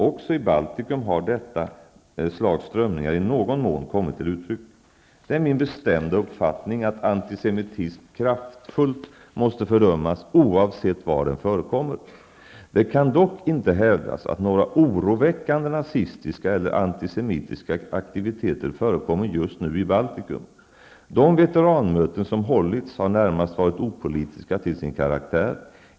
Också i Baltikum har detta slags strömningar i någon mån kommit till uttryck. Det är min bestämda uppfattning att antisemitism kraftfullt måste fördömas oavsett var den förekommer. Det kan dock inte hävdas att några oroväckande nazistiska eller antisemitiska aktiviteter förekommer just nu i Baltikum. De veteranmöten som hållits har närmast varit opolitiska till sin karaktär.